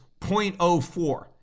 0.04